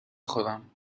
خورم